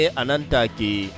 anantaki